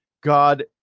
God